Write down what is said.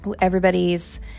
everybody's